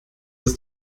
ist